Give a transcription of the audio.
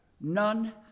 none